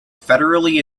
federally